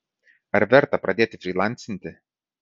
ar verta pradėti frylancinti